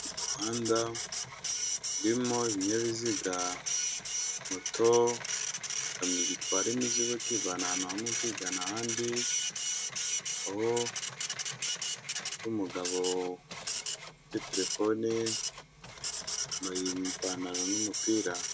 Umuhanda urimo ibinyabiziga moto, igikamyo gitwara imizigo kiyivana ahantu hamwe kiyijyana ahandi, aho umugabo ufite telefone yambaye ipantaro n'umupira.